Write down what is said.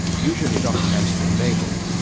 usually documented and labelled,